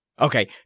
Okay